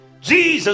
jesus